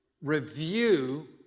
review